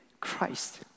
Christ